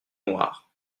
noirs